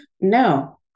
No